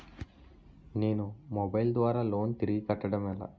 నేను మొబైల్ ద్వారా లోన్ తిరిగి కట్టడం ఎలా?